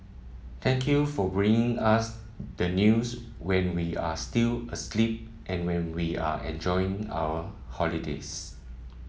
thank you for bringing us the news when we are still asleep and when we are enjoying our holidays